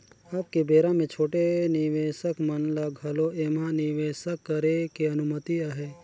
अब के बेरा मे छोटे निवेसक मन ल घलो ऐम्हा निवेसक करे के अनुमति अहे